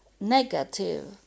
negative